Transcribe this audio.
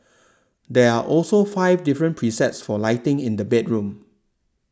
there are also five different presets for lighting in the bedroom